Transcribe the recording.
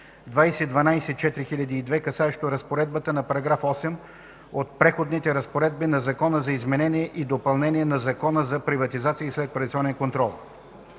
2012/4002, касаещо разпоредбата на § 8 от Преходните разпоредби на Закона за изменение и допълнение на Закона за приватизация и следприватизационен контрол